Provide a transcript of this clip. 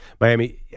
Miami